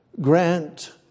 Grant